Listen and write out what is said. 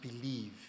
believe